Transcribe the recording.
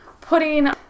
putting